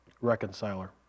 reconciler